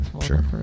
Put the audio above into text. sure